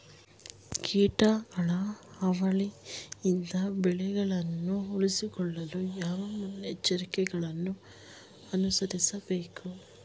ಕೀಟಗಳ ಹಾವಳಿಯಿಂದ ಬೆಳೆಗಳನ್ನು ಉಳಿಸಿಕೊಳ್ಳಲು ಯಾವ ಮುನ್ನೆಚ್ಚರಿಕೆಗಳನ್ನು ಅನುಸರಿಸಬೇಕು?